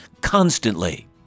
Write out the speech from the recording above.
constantly